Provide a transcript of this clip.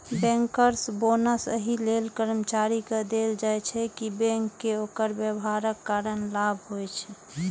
bankers bonus एहि लेल कर्मचारी कें देल जाइ छै, कि बैंक कें ओकर व्यवहारक कारण लाभ होइ छै